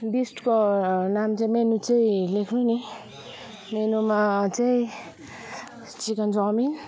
disco नाम चाहिँ menu चाहिँ लेख्नु नि मेनुमा चाहिँ चिकन चाउमिन